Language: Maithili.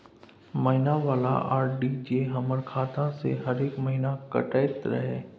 महीना वाला आर.डी जे हमर खाता से हरेक महीना कटैत रहे?